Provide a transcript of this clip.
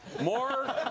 More